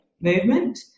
movement